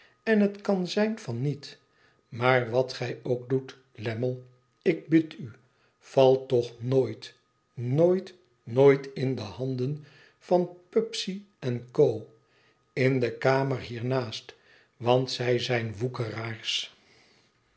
en het kan zijn van niet maar wat gij ook doet lammie ik bid u val toch nooit nooit nooit in de handen van pubsey en co in de kamer hiernaast want zij zijn